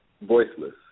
voiceless